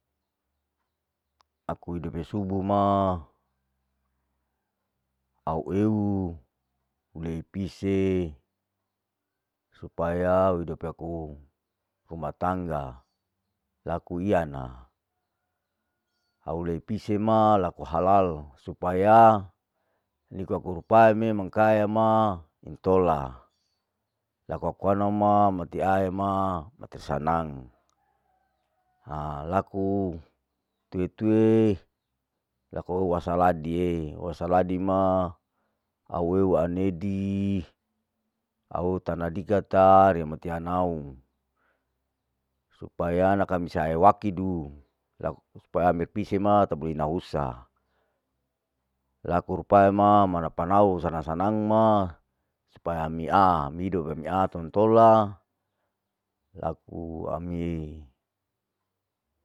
Aku hidope subu ma, au eu hulei pise, supaya hidop aku ruma tangga laku iyana, aku lei pise ma laku halal supaya liku aku rupai me mangkaya ma intola, laku aku anau ma mati ae ma mati sanang, alaku tue tue laku wasaladie, wasaladima aueu waanedi, au tana dikata riya mati anau, supaya nakamisae wakidu, laku rupae ami pise ma ta bole ina husa, laku rupae ma mana panau sanang sanang supaya ami aahidope, ami aa tolan tola laku ami.